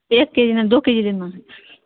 ایک K G نہیں دو کے جی لینا ہے